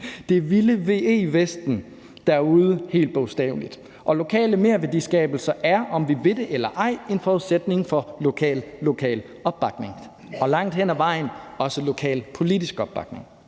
det det vilde VE-vesten derude helt bogstaveligt, og lokal merværdiskabelse er, om vi vil det eller ej, en forudsætning for lokal lokal opbakning og langt hen ad vejen også lokal politisk opbakning.